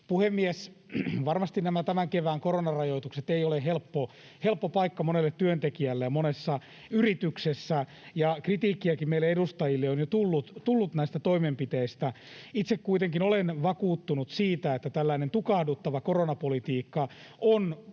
Puhemies! Varmasti nämä tämän kevään koronarajoitukset eivät ole helppo paikka monelle työntekijälle ja monessa yrityksessä, ja kritiikkiäkin meille edustajille on jo tullut näistä toimenpiteistä. Itse kuitenkin olen vakuuttunut siitä, että tällainen tukahduttava koronapolitiikka on parempi